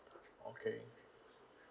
okay